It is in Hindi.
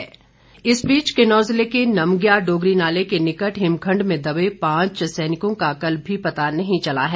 खोज अभियान इस बीच किन्नौर जिले के नमग्या डोगरी नाले के निकट हिमखंड में दबे पांच सैनिकों का कल भी पता नहीं चला है